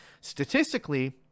statistically